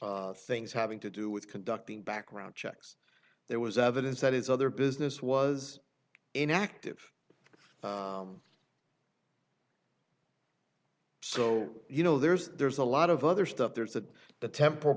general things having to do with conducting background checks there was evidence that his other business was in active so you know there's there's a lot of other stuff there's that the temple